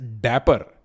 dapper